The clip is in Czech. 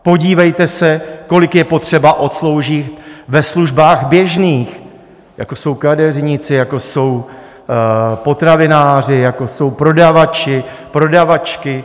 Podívejte se, kolik je potřeba odsloužit ve službách běžných, jako jsou kadeřníci, jako jsou potravináři, jako jsou prodavači a prodavačky.